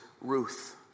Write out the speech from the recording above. Ruth